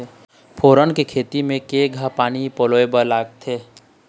फोरन के खेती म केघा पानी पलोए बर लागथे?